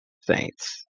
Saints